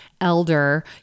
elder